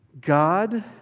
God